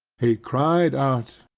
he cried out,